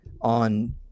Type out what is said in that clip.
on